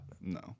No